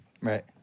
Right